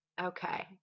Okay